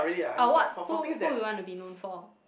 ah what who who you want to be known for